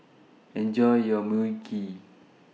Enjoy your Mui Kee